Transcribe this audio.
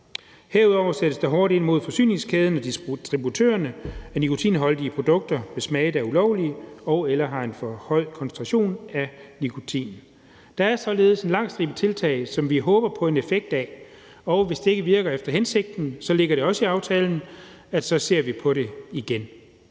Herudover sættes der hårdt ind mod forsyningskæden og distributørerne af nikotinholdige produkter med smage, der er ulovlige og/eller har en for høj koncentration af nikotin. Der er således en lang stribe tiltag, som vi håber på en effekt af, og hvis det ikke virker efter hensigten, ligger det også i aftalen, at så ser vi på det igen.